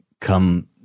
come